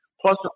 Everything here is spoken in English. plus